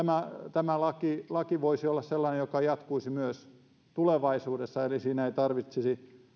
tämä laki laki voisi olla sellainen joka jatkuisi myös tulevaisuudessa eli siinä ei tarvitsisi